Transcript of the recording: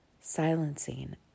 silencing